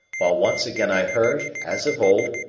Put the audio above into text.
while once again i heard, as of old,